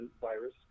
virus